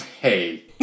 Hey